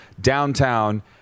downtown